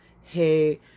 Hey